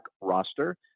roster